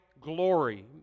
glory